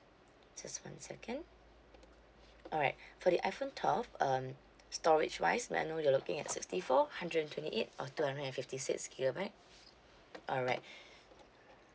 just one second alright for the iphone twelve um storage wise may I know you're looking at sixty four hundred and twenty eight or two hundred and fifty six gigabyte alright